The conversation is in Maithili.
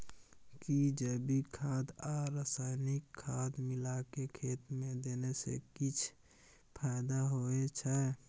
कि जैविक खाद आ रसायनिक खाद मिलाके खेत मे देने से किछ फायदा होय छै?